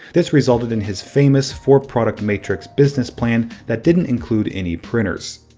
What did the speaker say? this resulted in his famous four-product matrix business plan that didn't include any printers.